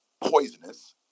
poisonous